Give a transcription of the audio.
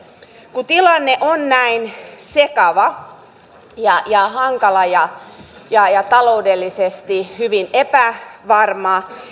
kun tilanne on näin sekava hankala ja ja taloudellisesti hyvin epävarma